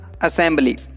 Assembly